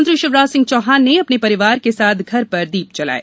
मुख्यमंत्री शिवराज सिंह चौहान ने अपने परिवार के साथ घर में दीप जलाये